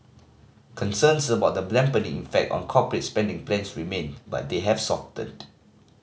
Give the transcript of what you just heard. concerns about the effect on corporate spending plans remain but they have softened